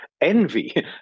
envy